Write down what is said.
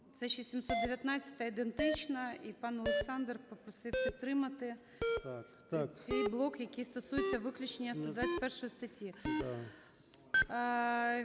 Це ще 719-а ідентична. І пан Олександр попросив підтримати цей блок, який стосується виключення 121 статті.